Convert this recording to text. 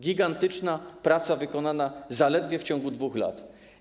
Gigantyczna praca wykonana zaledwie w ciągu 2 lat.